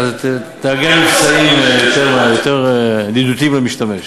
תארגן מבצעים יותר ידידותיים למשתמש.